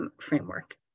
framework